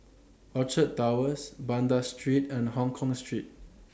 Orchard Towers Banda Street and Hongkong Street